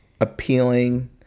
appealing